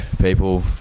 people